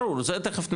ברור, זה תיכף נדבר.